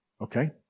Okay